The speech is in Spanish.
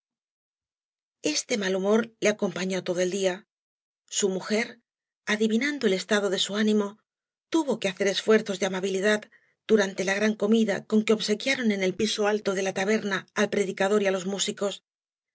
este mal humor le accmpsñó todo el áía su ksujer adivídardo el egiado de bu ánimo tuvo que hacer esfuerzos de amabilidad durante la gran comida ci que obsequiaron en el piüo alto de la taberna al predicador y á ios músicob